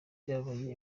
byabaye